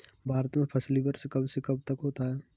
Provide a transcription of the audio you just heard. भारत में फसली वर्ष कब से कब तक होता है?